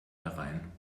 herein